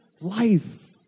life